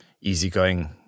easygoing